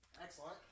Excellent